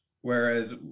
whereas